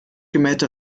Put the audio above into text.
gemähte